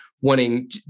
wanting